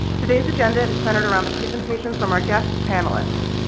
today's agenda is centered around the presentations from our guest panelists,